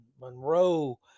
Monroe